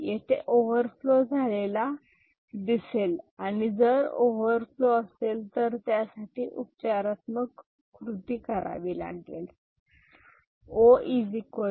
येथे ओव्हरफ्लो झालेला दिसेल आणि जर ओव्हरफ्लो असेल तर त्यासाठी उपचारात्मक कृती करावी लागेल